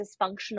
dysfunctional